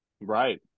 Right